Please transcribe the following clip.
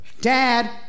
dad